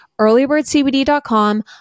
earlybirdcbd.com